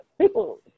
people